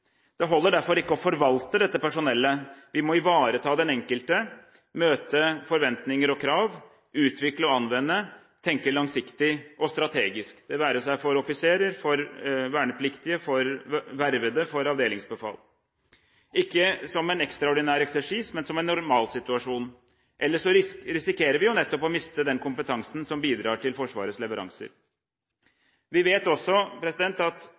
Det holder derfor ikke å forvalte dette personellet. Vi må ivareta den enkelte, møte forventninger og krav, utvikle og anvende, tenke langsiktig og strategisk – det være seg for offiserer, vernepliktige, vervede og avdelingsbefal – ikke som en ekstraordinær eksersis, men som en normalsituasjon. Ellers risikerer vi nettopp å miste den kompetansen som bidrar til Forsvarets leveranser. Vi vet også at